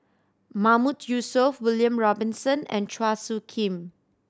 Mahmood Yusof William Robinson and Chua Soo Khim